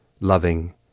loving